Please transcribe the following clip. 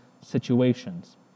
situations